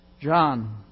John